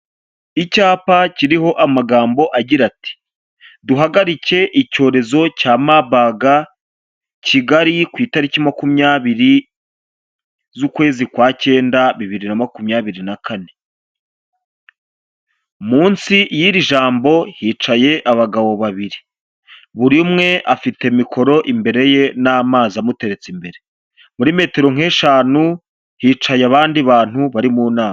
Icyapa kiriho amagambo agira ati:"Duhagarike icyorezo cya maburg Kigali ku itariki makumyabiri z'ukwezi kwa cyenda bibiri na makumyabiri na kane." Munsi y'iri jambo hicaye abagabo babiri. Buri umwe afite mikoro imbere ye n'amazi amuteretse imbere. Muri metero nk'eshanu hicaye abandi bantu bari mu nama.